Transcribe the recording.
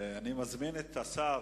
אני מזמין את שר